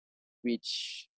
which